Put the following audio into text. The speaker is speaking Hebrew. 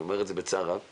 ואני אומר את זה בצער רב,